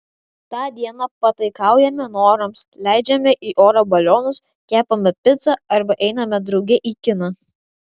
tą dieną pataikaujame norams leidžiame į orą balionus kepame picą arba einame drauge į kiną